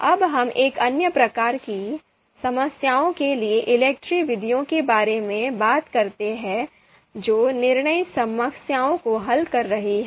अब हम एक अन्य प्रकार की समस्याओं के लिए ELECTRE विधियों के बारे में बात करते हैं जो निर्णय समस्याओं को हल कर रही हैं